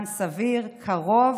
בזמן סביר, קרוב.